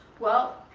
well,